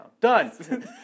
Done